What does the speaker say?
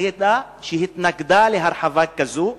שהתנגדה להרחבה כזאת,